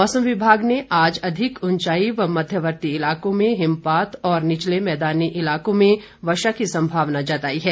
मौसम विभाग ने आज अधिक उंचाई व मध्यवर्ती इलाकों में हिमपात और निचले मैदानी इलाकों में वर्षा की संभावना जताई है